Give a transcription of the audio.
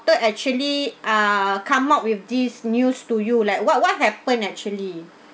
~tor actually ah come out with this news to you like what what happened actually